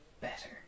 better